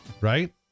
right